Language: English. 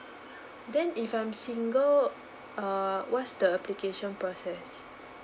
then if I'm single err what's the application process